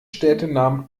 städtenamen